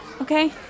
okay